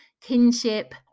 kinship